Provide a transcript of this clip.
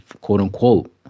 quote-unquote